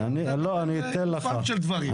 תתייחס לגופם של דברים.